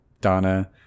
Donna